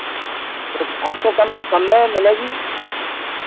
तो आप को कम कम में मिलेगी